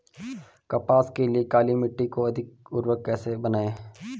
कपास के लिए काली मिट्टी को अधिक उर्वरक कैसे बनायें?